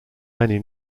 many